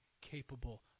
capable